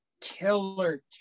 killer